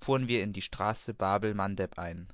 fuhren wir in die straße babel mandeb ein